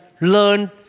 learn